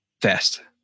fast